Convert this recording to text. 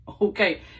okay